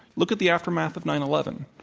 look at the aftermath of nine eleven.